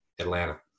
Atlanta